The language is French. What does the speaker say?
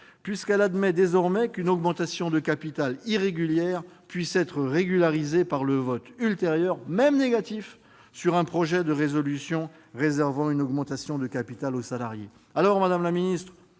puisqu'elle admet désormais qu'une augmentation de capital irrégulière puisse être régularisée par le vote ultérieur, même négatif, sur un projet de résolution réservant une augmentation de capital aux salariés.